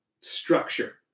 structure